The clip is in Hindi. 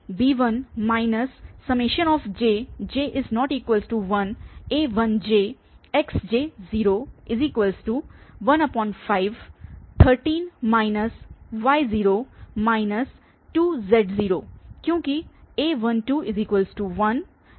तो यहाँ यह x11a11b1 jj≠1a1jxj1513 y0 2z क्योंकि a121 a13 2